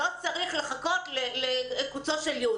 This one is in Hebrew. לא צריך לחכות לקוצו של יו"ד.